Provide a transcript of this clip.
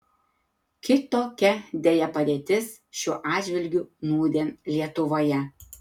kitokia deja padėtis šiuo atžvilgiu nūdien lietuvoje